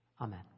Amen